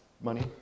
money